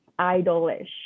idolish